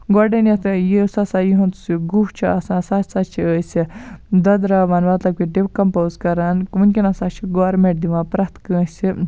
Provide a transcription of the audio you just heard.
گۄڈنٮ۪تھ یُس ہَسا یُہند سُہ گُہہ چھُ آسان سُہ ہَسا چھِ أسۍ دۄدراوان مطلب کہِ ڈِکَمپوز کَران وٕنکٮ۪ن ہَسا چھُ گورمٮ۪نٹ دِوان پرٮ۪تھ کٲنسہِ